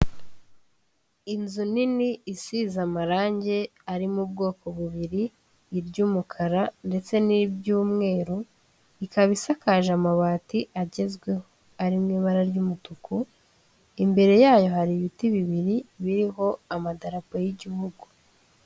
Inzu nini isize amarangi ari mu bwoko bubiri, iry'umukara ndetse n'iry'umweru, ikaba isakaje amabati agezweho ari mu ibara ry'umutuku, imbere yayo hari ibiti bibiri biriho amadarapo y'igihugu.